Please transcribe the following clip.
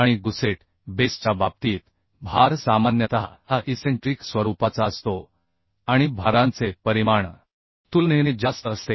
आणि गुसेट बेसच्या बाबतीत भार सामान्यतः इसेन्ट्रीक स्वरूपाचा असतो आणि भारांचे परिमाण तुलनेने जास्त असते